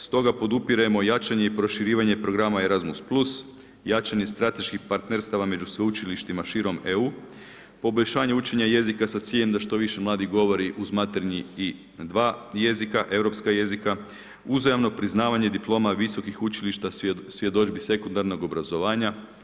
Stoga podupiremo jačanje i proširivanje programa Erasmus +, jačanje strateških partnerstava među sveučilištima širom EU, poboljšanje učenja jezika sa ciljem da što više mladih govori uz materinji i dva europska jezika, uzajamno priznavanje diploma visokih učilišta, svjedodžbi sekundarnog obrazovanja.